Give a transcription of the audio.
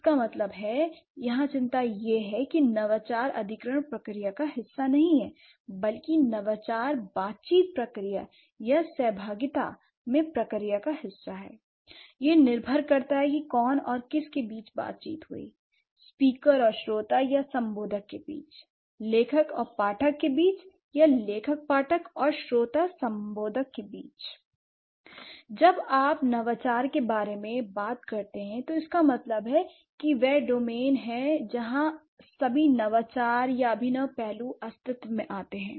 इसका मतलब है यहाँ चिंता यह है कि नवाचार अधिग्रहण प्रक्रिया का हिस्सा नहीं है बल्कि नवाचार बातचीत प्रक्रिया या सहभागिता में प्रक्रिया का हिस्सा हैं l यह निर्भर करता है कि कौन और किस के बीच बातचीत हुई स्पीकर और श्रोता या संबोधक के बीच लेखक और पाठक के बीच या लेखक पाठक और श्रोता संबोधक के बीच l जब आप नवाचार के बारे में बात करते हैं तो इसका मतलब है यह वह डोमेन है जहां सभी नवाचार या अभिनव पहलू अस्तित्व में आते हैं